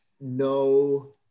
no